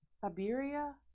Siberia